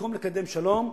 במקום לקדם שלום,